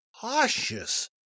cautious